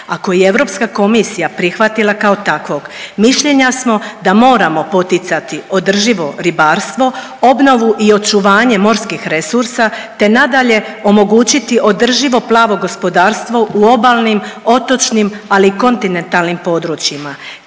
koji je Europska komisija prihvatila kao takvog mišljenja smo da moramo poticati održivo ribarstvo, obnovu i očuvanje morskih resursa, te nadalje omogućiti održivo plavo gospodarstvo u obalnim, otočnim, ali i kontinentalnim područjima.